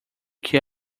que